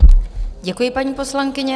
Děkuji, paní poslankyně.